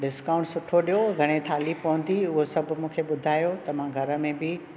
ॾिस्काऊंटु सुठो ॾियो घणे थाली पवंदी उहो सभु मूंखे बुधायो त मां घरु में बि